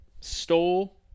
stole